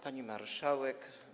Pani Marszałek!